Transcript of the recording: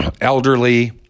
Elderly